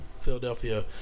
Philadelphia